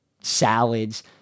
salads